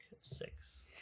six